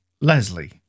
Leslie